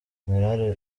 general